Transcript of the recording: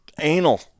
Anal